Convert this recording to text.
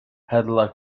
peddler